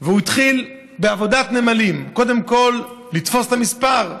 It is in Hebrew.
והוא התחיל בעבודת נמלים: קודם כול לתפוס את המספר,